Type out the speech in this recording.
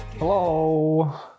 Hello